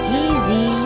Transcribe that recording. easy